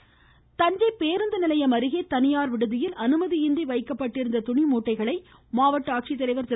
தேர்தல் இருவரி தஞ்சை பேருந்து நிலையம் அருகே தனியார் விடுதில் அனுமதியின்றி வைக்கப்பட்டிருந்த துணி மூட்டைகளை மாவட்ட ஆட்சித்தலைவர் திரு